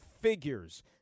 figures